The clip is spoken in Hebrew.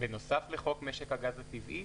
בנוסף לחוק משק הגז הטבעי?